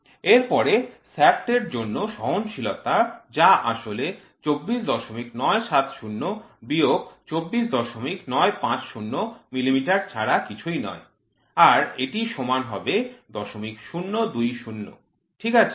এরপরে শ্যাফ্ট এর জন্য সহনশীলতা যা আসলে ২৪৯৭০ বিয়োগ ২৪৯৫০ মিলিমিটার ছাড়া কিছুই নয় আর এটি সমান ০০২০ ঠিক আছে